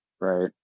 right